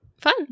fun